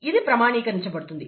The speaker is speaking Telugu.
ఇది ప్రమాణీకరించబడుతుంది